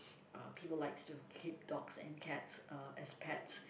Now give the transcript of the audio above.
uh people likes to keep dogs and cats uh as pets